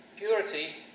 Purity